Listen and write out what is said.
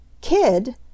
Kid